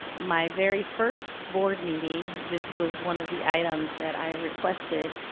my very first board meeting, this was one of the items that i requested